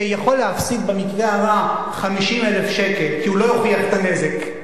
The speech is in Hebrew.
שיכול להפסיד במקרה הרע 50,000 שקל כי הוא לא הוכיח את הנזק,